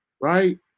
right